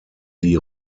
die